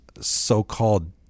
so-called